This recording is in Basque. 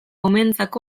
umeentzako